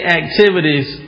activities